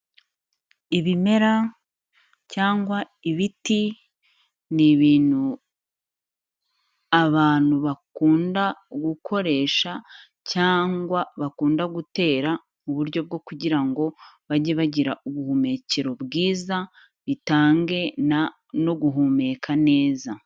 Ibimera cyangwa ibiti, ni ibintu abantu bakunda gukoresha, cyangwa bakunda gutera, mu buryo bwo kugira ngo, bajye bagira ubuhumekero bwiza, bitange na, no guhumeka neza.